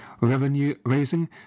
revenue-raising